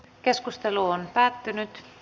keskustelu päättyi